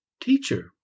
Teacher